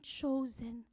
chosen